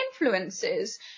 influences